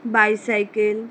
bicycle